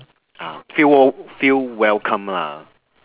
ah feel we~ feel welcome lah